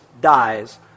dies